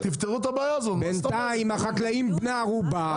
בינתיים החקלאים הם בני ערובה.